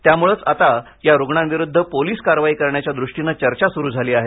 त्यामुळंच आता या रुग्णांविरुद्ध पोलीस कारवाई करण्याच्या दृष्टीनं चर्चा सुरू झाली आहे